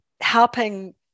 helping